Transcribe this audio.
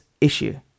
issue